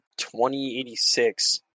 2086